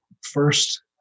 first